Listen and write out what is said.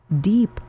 deep